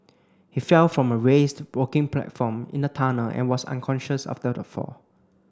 he fell from a raised working platform in the tunnel and was unconscious after the fall